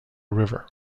river